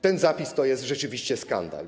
Ten zapis to jest rzeczywiście skandal.